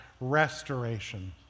restoration